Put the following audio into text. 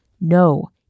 No